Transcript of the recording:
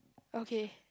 okay